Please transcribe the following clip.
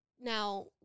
Now